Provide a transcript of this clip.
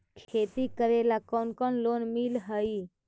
खेती करेला कौन कौन लोन मिल हइ?